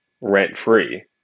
rent-free